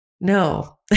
no